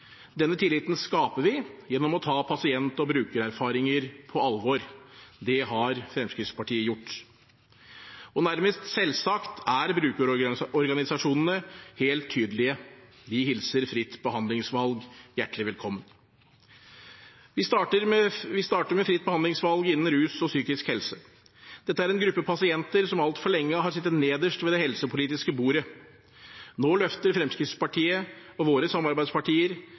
Denne tilliten skaper vi gjennom å ta pasient- og brukererfaringer på alvor. Det har Fremskrittspartiet gjort. Og, nærmest selvsagt: Brukerorganisasjonene er helt tydelige; de hilser fritt behandlingsvalg hjertelig velkommen. Vi starter med fritt behandlingsvalg innen rus og psykisk helse. Dette er en gruppe pasienter som altfor lenge har sittet nederst ved det helsepolitiske bordet. Nå løfter vi i Fremskrittspartiet og våre samarbeidspartier